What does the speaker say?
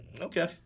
Okay